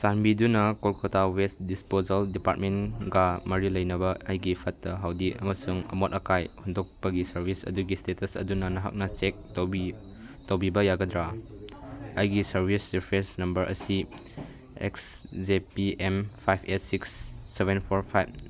ꯆꯥꯟꯕꯤꯗꯨꯅ Kolkata waste disposal ꯗꯤꯄꯥꯔꯠꯃꯦꯟꯒ ꯃꯔꯤ ꯂꯩꯅꯕ ꯑꯩꯒꯤ ꯐꯠꯇ ꯍꯥꯎꯗꯤ ꯑꯃꯁꯨꯡ ꯑꯃꯣꯠ ꯑꯀꯥꯏ ꯍꯨꯟꯗꯣꯛꯄꯒꯤ ꯁꯥꯔꯕꯤꯁ ꯑꯗꯨꯒꯤ ꯏꯁꯇꯦꯇꯁ ꯑꯗꯨꯅ ꯅꯍꯥꯛꯅ ꯆꯦꯛ ꯇꯧꯕꯤ ꯇꯧꯕꯤꯕ ꯌꯥꯒꯗ꯭ꯔꯥ ꯑꯩꯒꯤ ꯁꯥꯔꯕꯤꯁ ꯔꯤꯐ꯭ꯔꯦꯟꯁ ꯅꯝꯕꯔ ꯑꯁꯤ X J P M five eight six seven four five